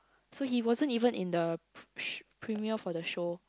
so he wasn't even in the pr~ premier for the show